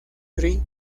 tree